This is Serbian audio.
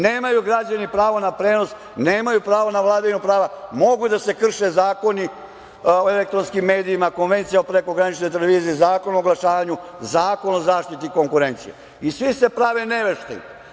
Nemaju građani pravo na prenos, nemaju pravo na vladavinu prava, mogu da se krše zakoni o elektronskim medijima, Konvencija o prekograničnoj televiziji, Zakon o oglašavanju, Zakon o zaštiti konkurencije i svi se prave nevešti.